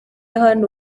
hano